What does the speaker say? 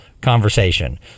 conversation